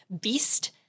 Beast